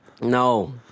No